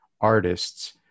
artists